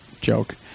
joke